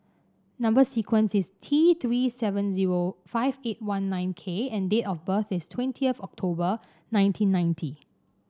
number sequence is T Three seven zero five eight one nine K and date of birth is twentieth October nineteen ninety